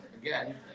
again